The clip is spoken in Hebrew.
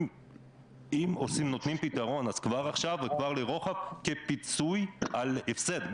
אם נותנים פתרון אז כבר עכשיו וכבר לרוחב הפיצוי על הפסד.